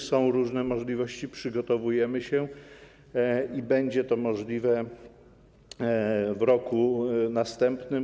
Są różne możliwości, przygotowujemy się i będzie to możliwe w roku następnym.